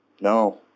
No